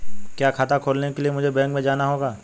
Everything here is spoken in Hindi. क्या खाता खोलने के लिए मुझे बैंक में जाना होगा?